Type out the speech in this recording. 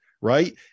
right